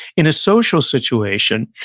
in a social situation,